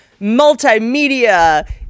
multimedia